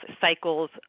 cycles